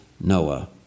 Noah